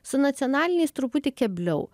su nacionaliniais truputį kebliau